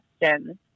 questions